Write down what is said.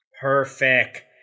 Perfect